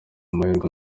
amahirwe